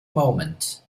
moment